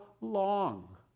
long